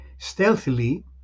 Stealthily